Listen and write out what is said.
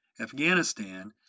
Afghanistan